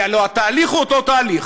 כי הלוא התהליך הוא אותו תהליך,